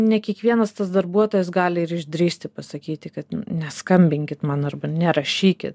ne kiekvienas tas darbuotojas gali ir išdrįsti pasakyti kad neskambinkit man arba nerašykit